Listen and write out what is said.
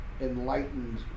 enlightened